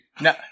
No